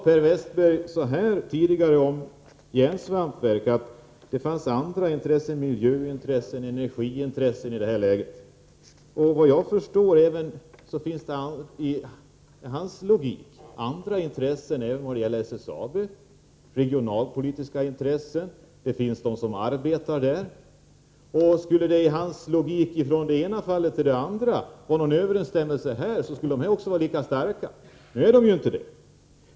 Per Westerberg sade tidigare, om järnsvampsverket, att det fanns andra intressen — energiintressen, miljöintressen osv. Med den logiken finns det, såvitt jag förstår, andra intressen även vad gäller SSAB — regionalpolitiska intressen, de anställdas intressen etc. Skulle det vara någon överensstämmelse mellan de båda fallen och hans logik tillämpas likartat, skulle de olika intressena vara lika starka. Nu är de inte det.